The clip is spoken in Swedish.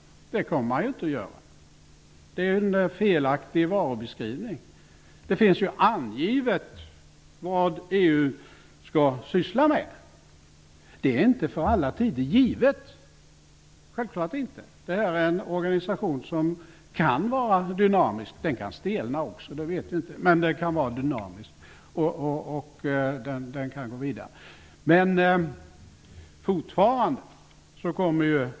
Det kommer ju inte att ske. Det är en felaktig varubeskrivning. Det finns angivet vad EU skall syssla med. Det är inte för alla tider givet, självfallet inte. Detta är en organisation som kan vara dynamisk. Visserligen kan den stelna också, och det vet vi. Men den kan vara dynamisk och gå vidare.